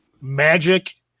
magic